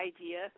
idea